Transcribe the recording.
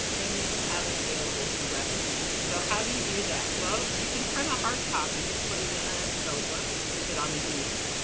they need to have it available to reference it. so how do you do that? well, you can print a hard copy and put it in a notebook and keep it on the unit.